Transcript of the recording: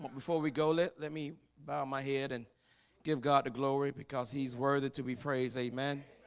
before we go let let me bow my head and give god the glory because he's worthy to be praised. amen